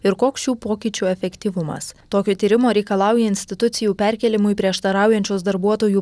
ir koks šių pokyčių efektyvumas tokio tyrimo reikalauja institucijų perkėlimui prieštaraujančios darbuotojų